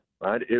right